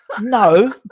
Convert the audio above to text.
No